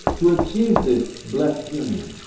to achieve this blessed union,